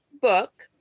book